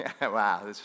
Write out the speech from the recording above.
Wow